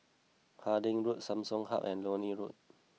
Harding Road Samsung Hub and Leonie Road